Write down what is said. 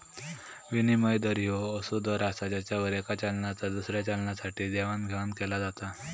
विनिमय दर ह्यो असो दर असा ज्यावर येका चलनाचा दुसऱ्या चलनासाठी देवाणघेवाण केला जाता